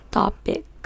topic